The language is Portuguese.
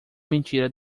mentira